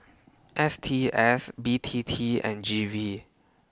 S T S B T T and G V